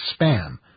spam